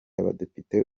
abadepite